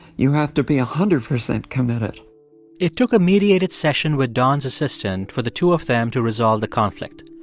you have to be one ah hundred percent committed it took a mediated session with don's assistant for the two of them to resolve the conflict.